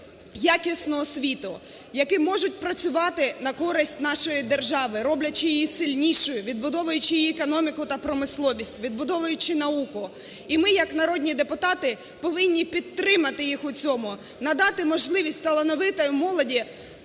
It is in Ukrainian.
якісну освіту, які можуть працювати на користь нашої держави, роблячи її сильнішою, відбудовуючи її економіку та промисловість, відбудовуючи науку. І ми як народні депутати повинні підтримати їх у цьому, надати можливість талановитій молоді